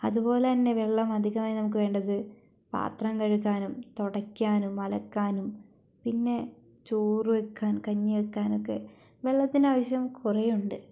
അതുപോലെ തന്നെ വെള്ളം അധികമായി നമുക്ക് വേണ്ടത് പാത്രം കഴുകാനും തുടയ്ക്കാനും അലക്കാനും പിന്നെ ചോറു വയ്ക്കാൻ കഞ്ഞി വയ്ക്കാൻ ഒക്കെ വെള്ളത്തിന്റെ ആവശ്യം കുറെയുണ്ട്